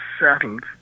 settled